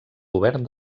govern